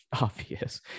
obvious